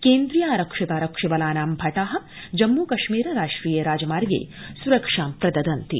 केन्द्रीयारक्षितारक्षिबलानां भटा जम्मू कश्मीर राष्ट्रीय राजमार्गे स्रक्षा प्र न्ति